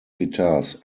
guitars